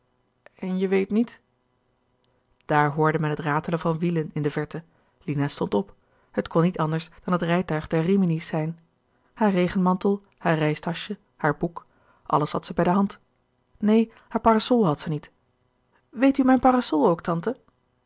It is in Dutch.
en je weet niet daar hoorde men het ratelen van wielen in de verte lina stond op het kon niet anders dan het rijtuig der rimini's zijn haar regenmantel haar reistasje haar boek alles had zij bij de hand neen haar parasol had ze niet weet u mijn parasol ook tante